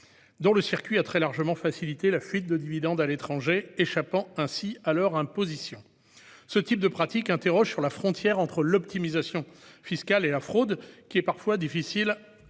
dont le circuit a très largement facilité la fuite de dividendes à l'étranger, échappant ainsi à toute imposition. Ce type de pratiques interroge sur la frontière entre l'optimisation fiscale et la fraude, qui est parfois difficile à cerner.